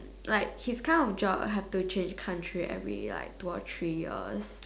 like he's kind of job have to change country every like two or three years